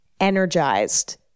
energized